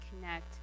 connect